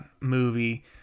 movie